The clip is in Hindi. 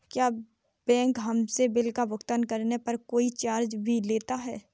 क्या बैंक हमसे बिल का भुगतान करने पर कोई चार्ज भी लेता है?